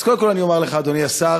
אז קודם כול, אני אומר לך, אדוני השר: